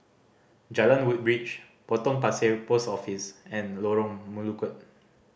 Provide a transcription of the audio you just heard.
Jalan Woodbridge Potong Pasir Post Office and Lorong Melukut